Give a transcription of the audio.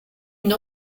une